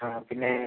ആ പിന്നെ